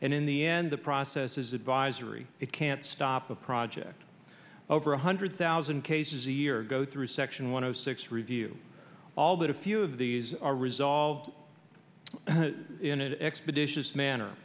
and in the end the process is advisory it can't stop a project over one hundred thousand cases a year go through section one zero six review all but a few of these are resolved in an expeditious manner